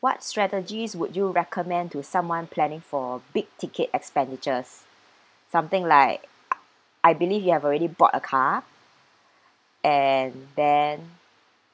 what strategies would you recommend to someone planning for big ticket expenditures something like I believe you have already bought a car and then